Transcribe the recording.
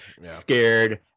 scared